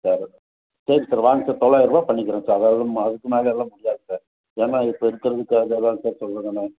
சரி சரி சார் வாங்க சார் தொள்ளாயிரம் ரூபா பண்ணிக்கிறேன் சார் வேறு எதுவும் அதுக்கு மேலெல்லாம் முடியாது சார் ஏன்னால் இப்போ இருக்கிறதுக்காக தான் சார் சொல்கிறேன் நான்